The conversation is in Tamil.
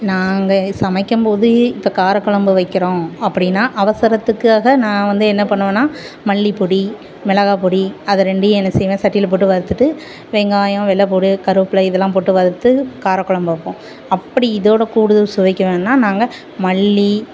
நாங்கள் சமைக்கும் போது இப்போ கார குழம்பு வைக்கிறோம் அப்படினா அவசரத்துக்காக நான் வந்து என்ன பண்ணுவேனா மல்லி பொடி மிளகாய் பொடி அது ரெண்டையும் என்ன செய்வேன் சட்டியில் போட்டு வறுத்துட்டு வெங்காயம் வெள்ளை பூண்டு கருவப்பிள்ள இதெல்லாம் போட்டு வறுத்து கார கொழம்பு வைப்போம் அப்படி இதோடு கூடுதல் சுவைக்கு வேணும்னா நாங்கள் மல்லி